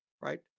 right